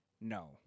No